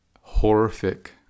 horrific